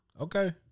Okay